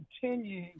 continue